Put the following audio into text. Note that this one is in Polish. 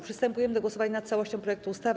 Przystępujemy do głosowania nad całością projektu ustawy.